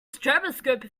stroboscope